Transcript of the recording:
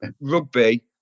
rugby